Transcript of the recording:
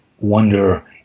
wonder